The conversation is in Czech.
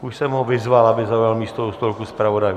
Už jsem ho vyzval, aby zaujal místo u stolku zpravodajů.